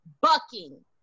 bucking